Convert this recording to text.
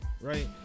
right